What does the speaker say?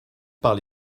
par